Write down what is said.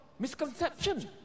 Misconception